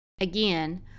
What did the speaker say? Again